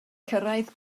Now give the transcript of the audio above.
cyrraedd